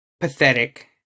pathetic